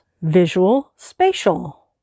visual-spatial